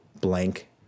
blank